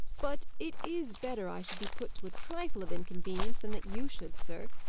but it is better i should be put to a trifle of inconvenience than that you should, sir.